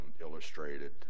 illustrated